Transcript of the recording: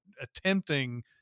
attempting